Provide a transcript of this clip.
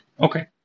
Okay